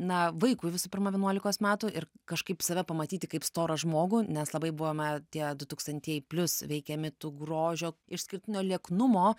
na vaikui visų pirma vienuolikos metų ir kažkaip save pamatyti kaip storą žmogų nes labai buvome tie du tūkstantieji plius veikiami tų grožio išskirtinio lieknumo